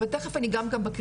תיכף אני ייגע גם בקריטריונים,